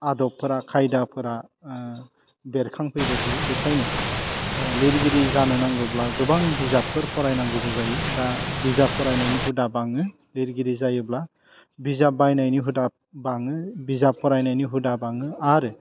आदबफ्रा खायदाफ्रा बेरखांफैबाय थायो बेखायनो लिरगिरि जानो नांगौब्ला गोबां बिजाबफोर फरायनांगौबो जायो दा बिजाब फरायनायनि हुदा बाङो लिरगिरि जायोब्ला बिजाब बायनायनि हुदा बाङो बिजाब फरायनायनि हुदा बाङो आरो